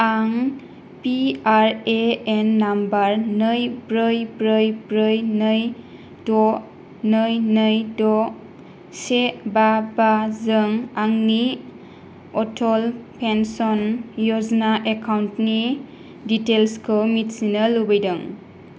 आं P R A N number नै ब्रै ब्रै ब्रै नै द' नै नै द' से बा बाजों आंनि अटल पेन्सन य'जना एकाउन्टनि डिटेइल्सखौ मिन्थिनो लुबैदों